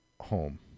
home